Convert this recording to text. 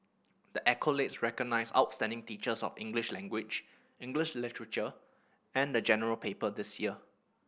the accolade recognise outstanding teachers of English language English literature and the General Paper this year